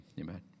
Amen